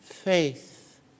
faith